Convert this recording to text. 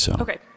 Okay